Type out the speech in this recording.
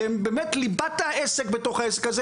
שהם ליבת העסק בתוך העסק הזה